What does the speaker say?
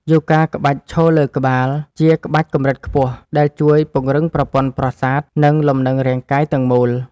យូហ្គាក្បាច់ឈរលើក្បាល ជាក្បាច់កម្រិតខ្ពស់ដែលជួយពង្រឹងប្រព័ន្ធប្រសាទ និងលំនឹងរាងកាយទាំងមូល។